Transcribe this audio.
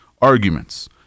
arguments